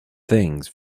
things